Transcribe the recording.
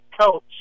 coach